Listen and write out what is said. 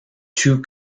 two